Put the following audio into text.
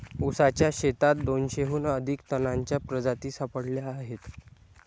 ऊसाच्या शेतात दोनशेहून अधिक तणांच्या प्रजाती सापडल्या आहेत